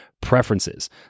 preferences